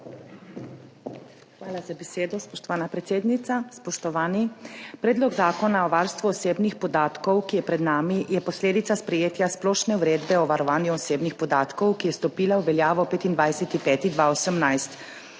Hvala za besedo, spoštovana predsednica. Spoštovani! Predlog zakona o varstvu osebnih podatkov, ki je pred nami, je posledica sprejetja Splošne uredbe o varstvu osebnih podatkov, ki je stopila v veljavo 25. 5.